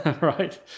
right